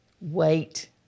wait